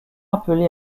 appelé